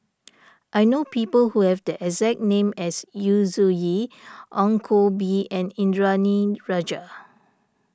I know people who have the exact name as Yu Zhuye Ong Koh Bee and Indranee Rajah